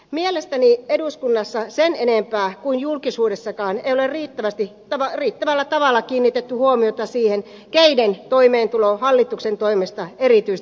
mielestäni eduskunnassa sen enempää kuin julkisuudessakaan ei ole riittävällä tavalla kiinnitetty huomiota siihen keiden toimeentulo hallituksen toimesta erityisesti paranee